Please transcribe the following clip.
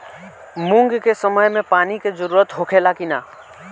मूंग के समय मे पानी के जरूरत होखे ला कि ना?